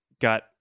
got